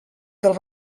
del